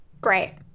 Great